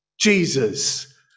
Jesus